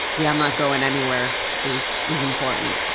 the, i'm not going anywhere is is important.